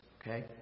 okay